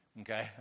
Okay